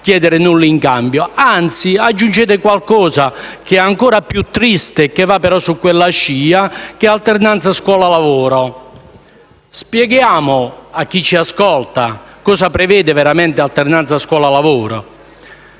chiedere nulla in cambio. Anzi, aggiungete qualcosa, ancora più triste, su quella scia, che è l'alternanza scuola-lavoro. Spieghiamo, a chi ci ascolta, cosa prevede veramente l'alternanza scuola-lavoro.